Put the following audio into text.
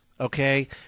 okay